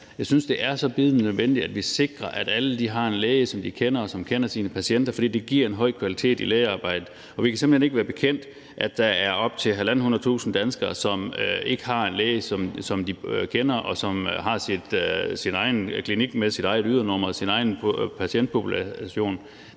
Jeg synes, det er så bydende nødvendigt, at vi sikrer, at alle har en læge, som de kender, og som kender sine patienter, fordi det giver en høj kvalitet i lægearbejdet. Vi kan simpelt hen ikke være bekendt, at der er op til 150.000 danskere, som ikke har en læge, som de kender, og som har sin egen klinik med sit eget ydernummer og sin egen patientpopulation.